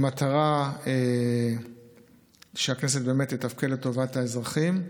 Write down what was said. במטרה שהכנסת תתפקד לטובת האזרחים.